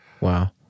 Wow